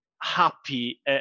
happy